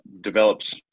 develops